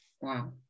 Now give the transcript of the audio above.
Wow